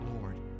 Lord